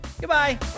Goodbye